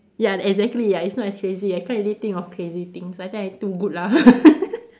ya exactly ya it's not as crazy I can't really think of crazy things I think I too good lah